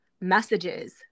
messages